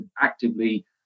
actively